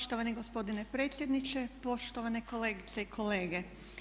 Poštovani gospodine predsjedniče, poštovane kolegice i kolege.